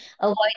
Avoid